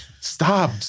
Stop